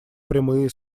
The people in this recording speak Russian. прямые